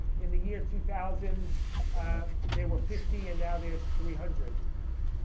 in the year two thousand ah there were fifty and now there's three hundred.